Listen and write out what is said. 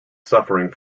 suffering